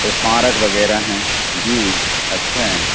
ये पारक वगैरह है जी अच्छा है